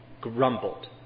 Grumbled